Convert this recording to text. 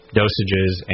dosages